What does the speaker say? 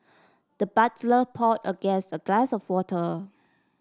the butler pour a guest a glass of water